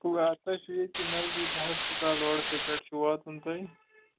گوٚو آ تۄہہِ چھُو ییٚتی نَزدیٖک ہَسپَتال روڈَسٕے پٮ۪ٹھ چھُو واتُن تۄہہِ